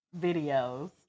videos